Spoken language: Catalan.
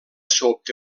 sobte